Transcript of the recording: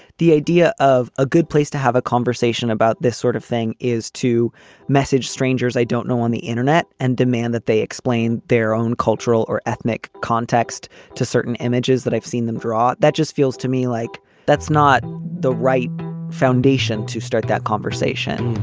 the idea of a good place to have a conversation about this sort of thing is to message strangers i don't know on the internet and demand that they explain their own cultural or ethnic context to certain images that i've seen them draw. that just feels to me like that's not the right foundation to start that conversation,